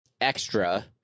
extra